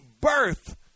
birth